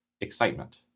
excitement